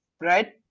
Right